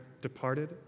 departed